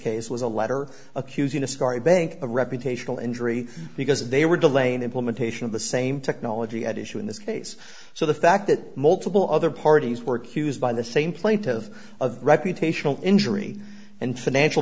case was a letter accusing askari bank of reputational injury because they were delaying implementation of the same technology at issue in this case so the fact that multiple other parties were accused by the same plaintive of reputational injury and financial